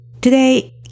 Today